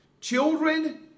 Children